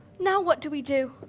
now what do we do?